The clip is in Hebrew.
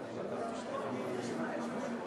2015, קריאה שנייה וקריאה שלישית.